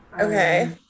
okay